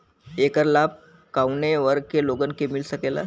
ऐकर लाभ काउने वर्ग के लोगन के मिल सकेला?